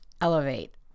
elevate